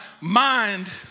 mind